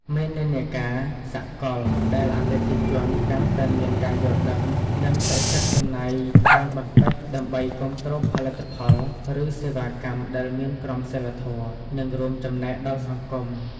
មាននិន្នាការសកលដែលអតិថិជនកាន់តែមានការយល់ដឹង និងសុខចិត្តចំណាយច្រើនបន្តិចដើម្បីគាំទ្រផលិតផល ឬសេវាកម្មដែលមានក្រមសីលធម៌ និងរួមចំណែកដល់សង្គម ។